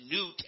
New